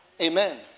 amen